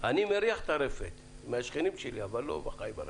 אני מריח את הרפת מהשכנים שלי אבל לא חי ברפת.